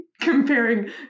comparing